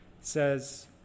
says